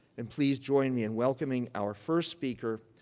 and please join me in welcoming our first speaker,